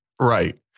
Right